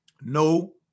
no